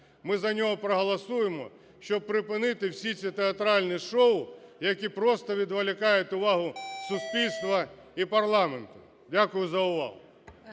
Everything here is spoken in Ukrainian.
ми за нього проголосуємо, щоб припинити всі ці театральні шоу, які просто відволікають увагу суспільства і парламенту. Дякую за увагу.